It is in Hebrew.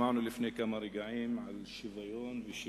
שמענו לפני כמה רגעים על שוויון ועל